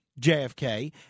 JFK